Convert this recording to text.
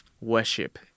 worship